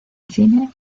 cine